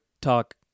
talk